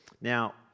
Now